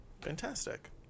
fantastic